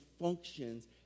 functions